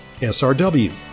SRW